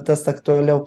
tas aktualiau